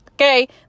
okay